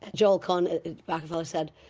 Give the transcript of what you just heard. joel cohen at rockefeller said,